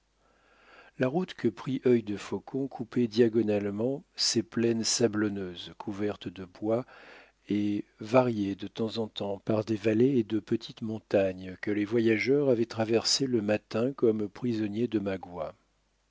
la route que prit œil de faucon coupait diagonalement ces plaines sablonneuses couvertes de bois et variées de temps en temps par des vallées et de petites montagnes que les voyageurs avaient traversées le matin comme prisonniers de magua